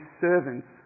servants